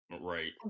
Right